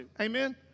Amen